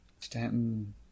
Stanton